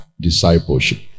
discipleship